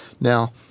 Now